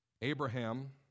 Abraham